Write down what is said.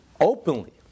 openly